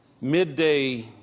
midday